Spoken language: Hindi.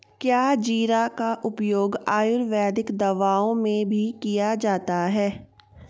क्या जीरा का उपयोग आयुर्वेदिक दवाओं में भी किया जाता है?